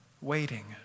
waiting